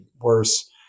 worse